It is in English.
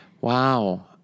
Wow